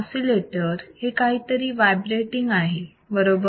oscillator हे काहीतरी vibrating आहे बरोबर